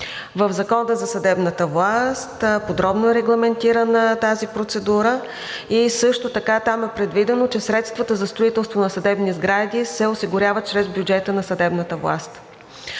В Закона за съдебната власт подробно е регламентирана тази процедура и също така там е предвидено, че средствата за строителство на съдебни сгради се осигуряват чрез бюджета на съдебната власт.